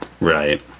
Right